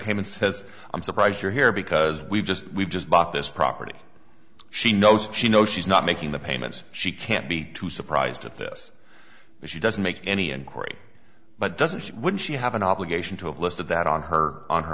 caymans has i'm surprised you're here because we've just we just bought this property she knows she know she's not making the payments she can't be too surprised at this but she doesn't make any inquiry but doesn't she would she have an obligation to a list of that on her on her